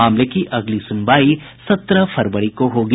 मामले की अगली सुनवाई सत्रह फरवरी को होगी